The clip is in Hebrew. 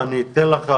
אנחנו לא בדאון.